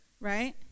right